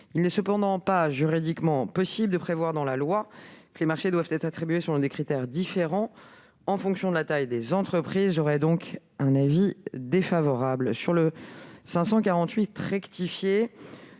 Il n'est cependant pas juridiquement possible de prévoir dans la loi que les marchés doivent être attribués selon des critères différents en fonction de la taille des entreprises. Le Gouvernement émet un avis défavorable sur l'amendement